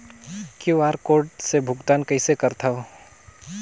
QR code से भुगतान कइसे करथव?